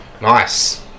Nice